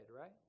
right